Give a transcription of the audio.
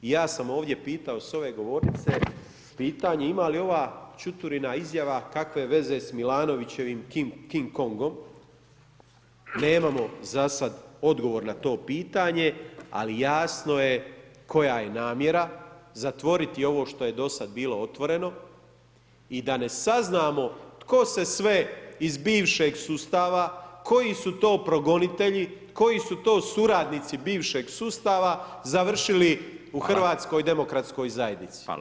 I ja sam ovdje pitao s ove govornice ima li ova Čuturina izjava kakve veze sa Milanovićevim King-Kongom, nemamo za sada odgovor na to pitanje ali jasno je koja je namjera, zatvoriti ovo što je do sada bilo otvoreno i da ne saznamo tko se sve iz bivšeg sustava, koji su to progonitelji, koji su to suradnici bivšeg sustava završili u HDZ-u.